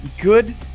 good